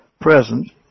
present